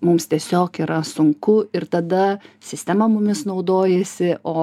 mums tiesiog yra sunku ir tada sistema mumis naudojasi o